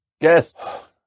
Guests